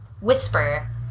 Whisper